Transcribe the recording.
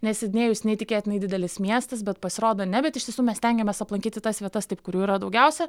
nes sidnėjus neįtikėtinai didelis miestas bet pasirodo ne bet iš tiesų mes stengėmės aplankyti tas vietas taip kur jų yra daugiausia